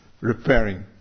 repairing